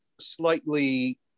slightly